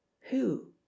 Who